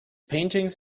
paintings